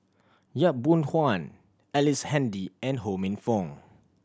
Yap Boon Huan Ellice Handy and Ho Minfong